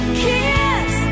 kiss